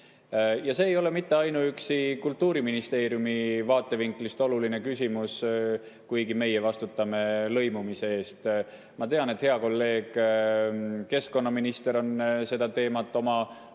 See ei ole ainuüksi Kultuuriministeeriumi vaatevinklist oluline küsimus, kuigi meie vastutame lõimumise eest. Ma tean, et hea kolleeg keskkonnaminister on oma